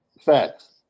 Facts